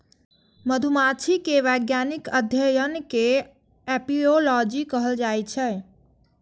मधुमाछी के वैज्ञानिक अध्ययन कें एपिओलॉजी कहल जाइ छै